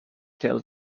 tailed